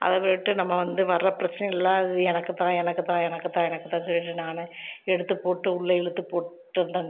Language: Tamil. அதை விட்டு நம்ம வந்து வர பிரச்சனைகள்லாம் அது எனக்குத்தான் எனக்குத்தான் எனக்குத்தான் எனக்குத்தான் சொல்லிவிட்டு நான் எடுத்து போட்டு உள்ளே இழுத்து போட்டுகிட்டேன்